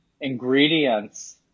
ingredients